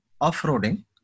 off-roading